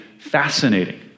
Fascinating